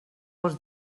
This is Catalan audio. els